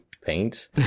paints